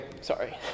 sorry